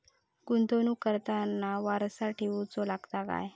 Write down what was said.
गुंतवणूक करताना वारसा ठेवचो लागता काय?